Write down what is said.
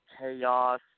Chaos